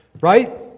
right